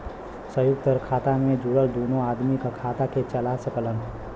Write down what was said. संयुक्त खाता मे जुड़ल दुन्नो आदमी उ खाता के चला सकलन